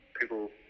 people